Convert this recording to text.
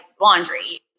laundry